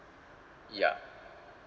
ya